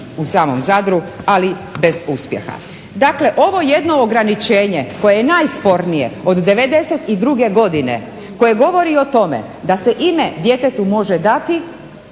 u samom Zadru ali bez uspjeha. Dakle, ovo jedno ograničenje koje je najspornije od '92. godine koje govori o tome da se ime djetetu može dati